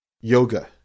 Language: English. Yoga